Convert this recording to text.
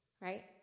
right